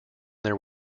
their